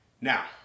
Now